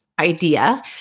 idea